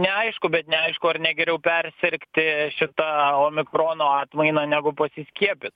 neaišku bet neaišku ar ne geriau persirgti šita omikrono atmaina negu pasiskiepyt